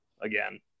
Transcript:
again